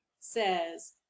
says